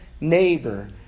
neighbor